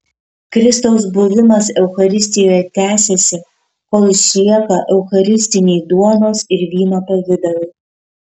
kristaus buvimas eucharistijoje tęsiasi kol išlieka eucharistiniai duonos ir vyno pavidalai